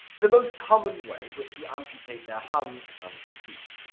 the most common way was to amputate their hands and feet.